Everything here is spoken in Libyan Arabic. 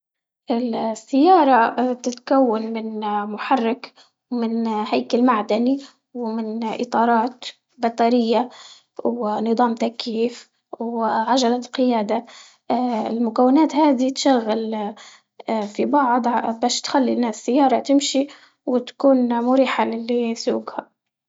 السيارة تتكون من محرك ومن هيكل معدني، ومن إطارات بطارية ونظام تكييف وعجلة قيادة المكونات هادي تشغل في بعض باش تخلي إن السيارة تمشي وتكون مريحة للي يسوقها.